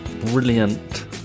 brilliant